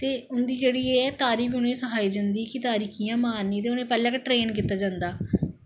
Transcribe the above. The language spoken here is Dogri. ते उ'नें गी एह् ऐ कि तारी बी उ'नें गी सखाई जंदी कि तारी कि'यां मारनी ते उ'नें गी पैह्लैं गै ट्रेन कीता जंदा